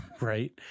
right